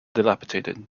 dilapidated